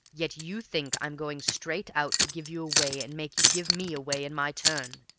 yet you think i'm going straight out to give you away and make you give me away in my turn.